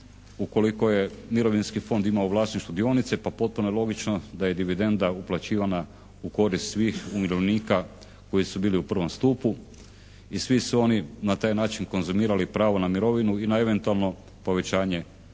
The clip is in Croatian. ukoliko je mirovinski fond imao vlasništvo dionice, pa po tome logično da je dividenda uplaćivana u korist svih umirovljenika koji su bili u prvom stupu. I svi su oni na taj način konzumirali pravo na mirovinu i na eventualno povećanje